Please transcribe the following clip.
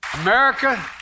America